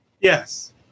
yes